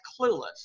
clueless